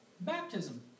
baptism